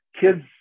kids